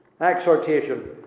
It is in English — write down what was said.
exhortation